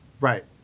Right